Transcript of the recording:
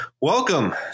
Welcome